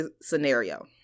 scenario